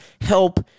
help